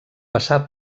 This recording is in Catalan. passar